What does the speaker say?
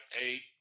eight